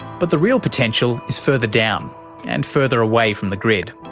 but the real potential is further down and further away from the grid.